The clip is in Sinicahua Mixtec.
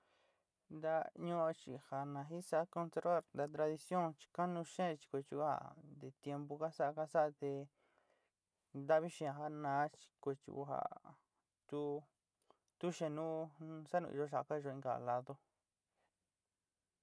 Ntaá ñuó chi ja na jin ka sao conservar tradicion chi kanúú xeen chi kuetya konte tiempu ka saá ka saá te ntavi xaan ja naá chi kuetyó ja tu tu xeen nu saá nuyoó ka yoó inka ladó.